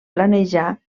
planejar